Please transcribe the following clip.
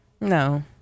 no